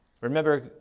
remember